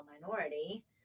minority